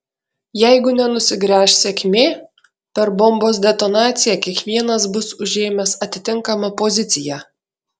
jeigu nenusigręš sėkmė per bombos detonaciją kiekvienas bus užėmęs atitinkamą poziciją